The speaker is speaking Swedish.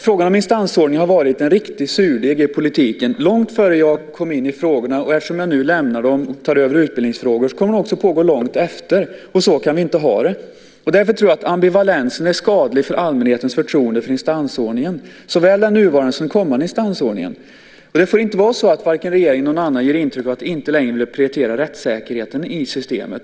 Frågan om instansordningen har varit en riktig surdeg i politiken långt innan jag kom in i frågorna. Jag lämnar dem nu och tar över utbildningsfrågor, men frågan om instansordningen kommer att finnas kvar länge. Så kan vi inte ha det. Jag tror att ambivalensen är skadlig för allmänhetens förtroende såväl för den nuvarande som för den kommande instansordningen. Det får inte vara så att vare sig regeringen eller någon annan aktör ger intrycket att inte längre vilja prioritera rättssäkerheten i systemet.